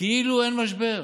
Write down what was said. כאילו אין משבר,